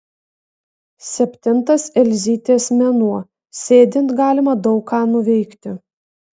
septintas elzytės mėnuo sėdint galima daug ką nuveikti